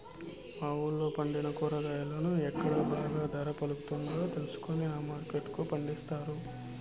మా వూళ్ళో పండిన కూరగాయలను ఎక్కడ బాగా ధర పలుకుతాదో తెలుసుకొని ఆ మార్కెట్ కు పంపిస్తారు